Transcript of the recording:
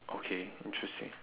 okay interesting